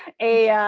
a